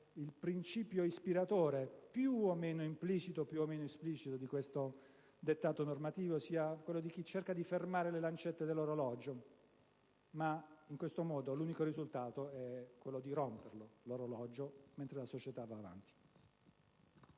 il principio ispiratore, più o meno esplicito o implicito, di questo dettato normativo sia quello di chi cerca di fermare le lancette dell'orologio, anche se in questo modo l'unico risultato che si ottiene è quello di rompere l'orologio, mentre la società va avanti.